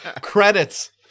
Credits